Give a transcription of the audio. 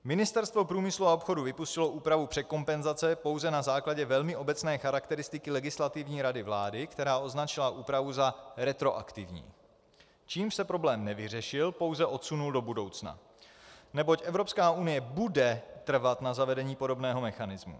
Ministerstvo průmyslu a obchodu vypustilo úpravu překompenzace pouze na základě velmi obecné charakteristiky Legislativní rady vlády, která označila úpravu za retroaktivní, čímž se problém nevyřešil, pouze odsunul do budoucna, neboť Evropská unie bude trvat na zavedení podobného mechanismu.